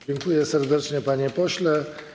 Dziękuję serdecznie, panie pośle.